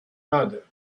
other